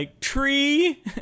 tree